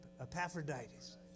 Epaphroditus